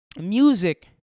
music